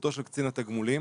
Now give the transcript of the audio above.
לסמכותו של קצין התגמולים,